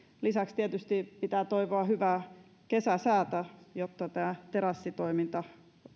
lisäksi tietysti pitää toivoa hyvää kesäsäätä jotta tämä terassitoiminta